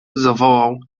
zawołał